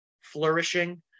flourishing